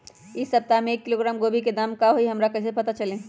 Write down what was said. इ सप्ताह में एक किलोग्राम गोभी के दाम का हई हमरा कईसे पता चली?